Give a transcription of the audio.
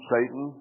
Satan